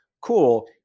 Cool